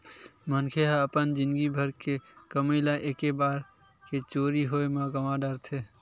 मनखे ह अपन जिनगी भर के कमई ल एके बार के चोरी होए म गवा डारथे